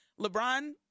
LeBron